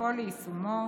ולפעול ליישומו